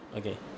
okay